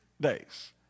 days